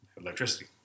electricity